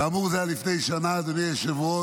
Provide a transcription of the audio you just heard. כאמור, זה היה לפני שנה, אדוני היושב-ראש.